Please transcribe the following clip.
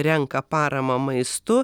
renka paramą maistu